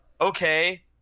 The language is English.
okay